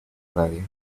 radio